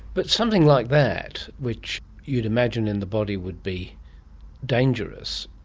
but something like that, which you'd imagine in the body would be dangerous,